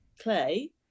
clay